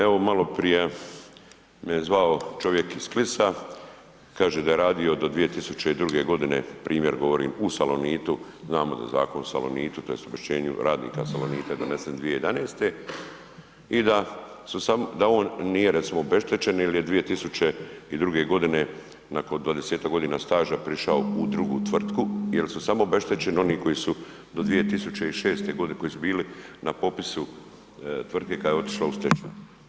Evo maloprija me je zvao čovjek iz Klisa, kaže da je radio do 2002.g., primjer govorim u Salonitu, znamo da je Zakon o Salonitu tj. obeštećenju radnika Salonita donesen 2011. i da on nije recimo obeštećen jel je 2002.g. nakon 20.-tak godina staža prišao u drugu tvrtku jel su samo obeštećeni oni koji su do 2006.g., koji su bili na popisu tvrtke kad je otišla u stečaj.